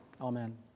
Amen